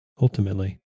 Ultimately